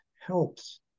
helps